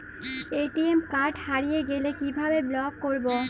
ATM card হারিয়ে গেলে কিভাবে ব্লক করবো?